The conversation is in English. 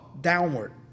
downward